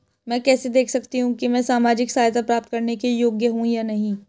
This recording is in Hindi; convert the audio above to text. मैं कैसे देख सकती हूँ कि मैं सामाजिक सहायता प्राप्त करने के योग्य हूँ या नहीं?